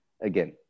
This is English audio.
again